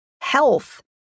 health